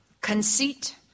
conceit